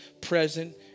present